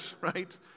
right